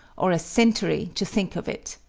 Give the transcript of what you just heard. or a century to think of it.